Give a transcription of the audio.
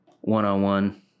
one-on-one